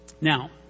Now